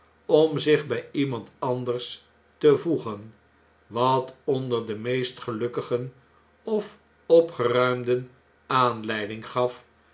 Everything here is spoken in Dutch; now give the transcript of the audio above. om zich bjj iemand anders te voegen wat onder de meest gelukkigen of opgeruimden aanleiding gaf